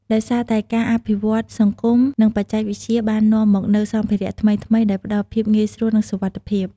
ដោយសារតែការអភិវឌ្ឍន៍សង្គម និងបច្ចេកវិទ្យាបាននាំមកនូវសម្ភារៈថ្មីៗ ដែលផ្តល់ភាពងាយស្រួល និងសុវត្ថិភាព។